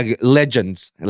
legends